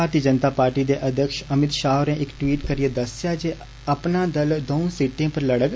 भारती Janata party दे अध्यक्ष अमित षाह होरें इक टवीट करिये दस्सेआ ऐ जे अपना दल दौंऊ सीटें पर लड़ग